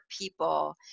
people